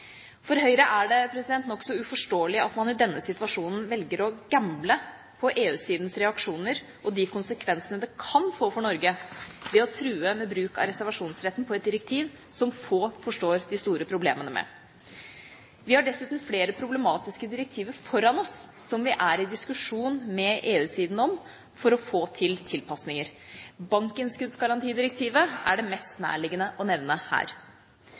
For Høyre er det nokså uforståelig at man i denne situasjonen velger å gamble på EU-sidens reaksjoner og de konsekvensene det kan få for Norge, ved å true med bruk av reservasjonsretten på et direktiv som få forstår de store problemene med. Vi har dessuten flere problematiske direktiver foran oss, som vi er i diskusjon med EU-siden om for å få til tilpasninger. Bankinnskuddsgarantidirektivet er det mest nærliggende å nevne her.